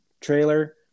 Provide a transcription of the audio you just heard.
trailer